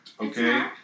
Okay